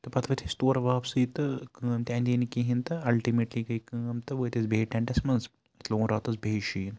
تہٕ پَتہٕ ؤتھۍ أسۍ تورٕ واپَسٕے تہٕ کٲم تہِ اندے نہٕ کِہیٖنۍ تہٕ اَلٹٕمیٹلی گٔے کٲم تہٕ وٲتۍ أسۍ بیٚیہِ ٹٮ۪نٛٹَس منٛز تَتہِ لوگُن راتَس بیٚیہِ شیٖن